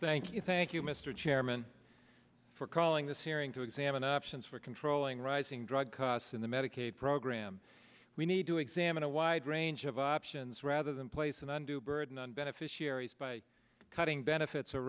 thank you thank you mr chairman for calling this hearing to examine options for controlling rising drug costs in the medicaid program we need to examine a wide range of options rather than place and do burden on beneficiaries by cutting benefits